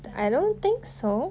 um